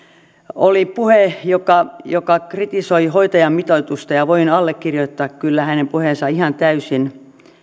oli puhe joka joka kritisoi hoitajamitoitusta ja voin allekirjoittaa kyllä hänen puheensa ihan täysin